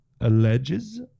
alleges